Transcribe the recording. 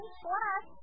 plus